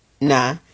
Nah